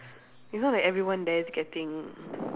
it's not like everyone there is getting